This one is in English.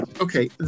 okay